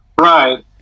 Right